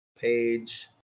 page